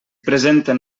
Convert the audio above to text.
presenten